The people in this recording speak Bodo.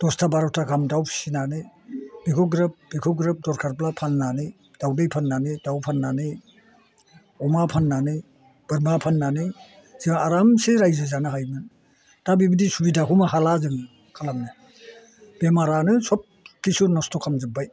दसथा बार'था गाहाम दाउ फिनानै बेखौ ग्रोब बेखौ ग्रोब दरखारब्ला फाननानै दाउदै फाननानै दाउ फाननानै अमा फाननानै बोरमा फाननानै जों आरामसे रायजो जानो हायोमोन दा बिबादि सुबिदाखौबो हाला जों खालामनो बेमारानो सब खिसु नस्थ' खालामजोबबाय